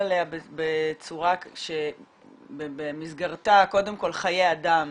בצורה שבמסגרתה קודם כל חיי אדם